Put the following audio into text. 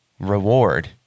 reward